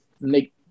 make